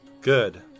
Good